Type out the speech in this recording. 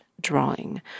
drawing